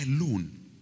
alone